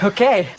Okay